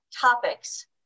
topics